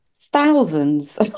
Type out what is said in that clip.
thousands